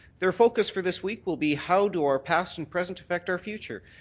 their focus for this week will be how do our past and presents affect our future?